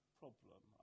problem